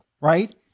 right